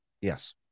Yes